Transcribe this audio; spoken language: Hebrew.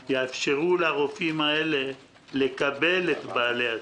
היית צריך ללכת לרופא פרטי ולשלם 1,000 שקל או כל מה שנלווה לעניין